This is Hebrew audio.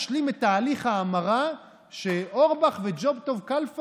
להשתולל ולהעלות את המחירים למרות שעברנו שנתיים של קורונה מאוד קשות,